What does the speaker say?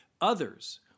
others